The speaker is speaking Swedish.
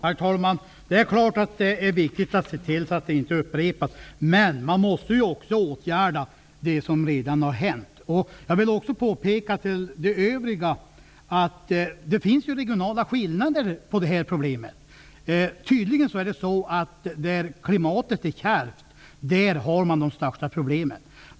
Herr talman! Det är klart att det är viktigt att man ser till att detta inte upprepas. Men man måste också åtgärda det som redan har hänt. Det finns ju regionala skillnader i fråga om dessa problem. Där klimatet är kärvt har man tydligen de största problemen.